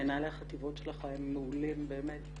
מנהלי החטיבות שלך מעולים, באמת.